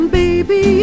baby